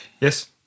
Yes